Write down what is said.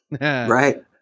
right